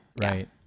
Right